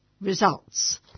results